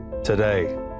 Today